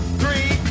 three